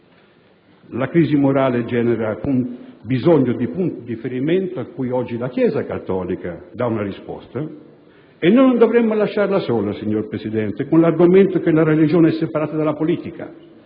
La crisi morale genera un bisogno di punti di riferimento a cui oggi la Chiesa cattolica dà una risposta. E non dovremmo lasciarla sola, signor Presidente, con l'argomento che la religione è separata dalla politica,